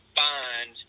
find